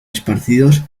esparcidos